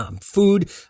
food